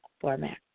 format